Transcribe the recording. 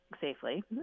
safely